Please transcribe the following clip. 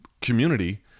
community